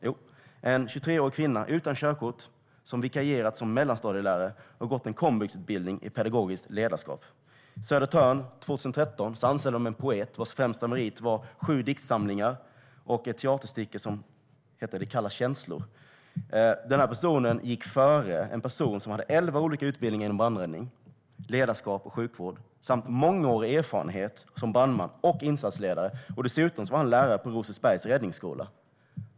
Jo, en 23-årig kvinna utan körkort som vikarierat som mellanstadielärare och gått en komvuxutbildning i pedagogiskt ledarskap. Vid Södertörns brandförsvarsförbund anställdes 2013 en poet, vars främsta merit var sju diktsamlingar och ett teaterstycke med titeln Det kallas känslor . Denna person gick före en person med elva olika utbildningar inom brandräddning, ledarskap och sjukvård samt mångårig erfarenhet som brandman och insatsledare. Den senare var dessutom lärare på Rosersbergs räddningsskola.